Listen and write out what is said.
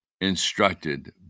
instructed